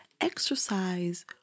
Exercise